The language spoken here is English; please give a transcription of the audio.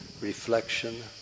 reflection